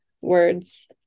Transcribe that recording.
words